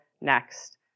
next